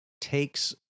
takes